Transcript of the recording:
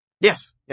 Yes